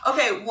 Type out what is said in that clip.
Okay